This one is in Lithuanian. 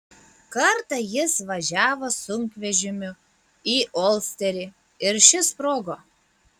kartą jis važiavo sunkvežimiu į olsterį ir šis sprogo